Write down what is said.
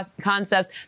concepts